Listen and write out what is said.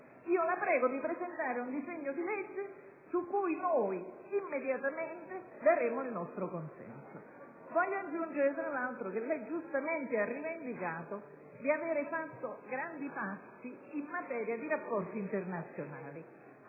Ministro, di presentare un disegno di legge, su cui immediatamente noi daremo il nostro consenso. Voglio aggiungere che lei, tra l'altro, ha giustamente rivendicato di aver compiuto grandi passi in materia di rapporti internazionali.